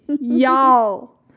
Y'all